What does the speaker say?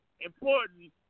important